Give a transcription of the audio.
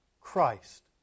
Christ